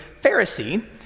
Pharisee